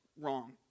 wrong